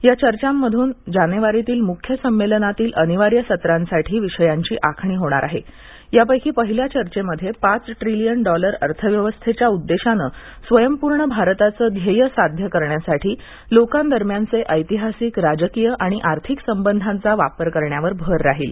या चर्चांमधून जानद्वारीतील मुख्य संमध्मातील अनिवार्य सत्रांसाठी विषयांची आखणी होणार आहा प्रापेकी पहिल्या चर्चेमध्याती ट्रीलियन डॉलर अर्थव्यवस्थात्रा उद्दशानस्वियंपूर्ण भारताचं ध्या साध्य करण्यासाठी लोकांदरम्यानच ितिहासिक राजकीय आणि आर्थिक संबंधांचा वापर करण्यावर भर राहील